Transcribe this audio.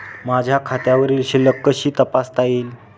माझ्या खात्यावरील शिल्लक कशी तपासता येईल?